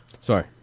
Sorry